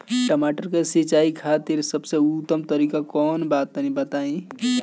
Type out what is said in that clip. टमाटर के सिंचाई खातिर सबसे उत्तम तरीका कौंन बा तनि बताई?